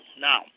Now